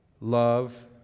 Love